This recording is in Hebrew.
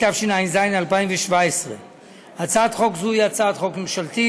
התשע"ז 2017. הצעת חוק זו היא הצעת חוק ממשלתית.